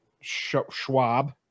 schwab